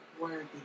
worthy